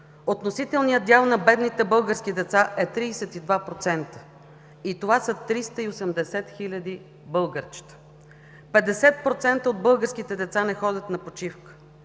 Относителният дял на бедните български деца е 32% и това са 380 хиляди българчета, 50% от българските деца не ходят на почивка,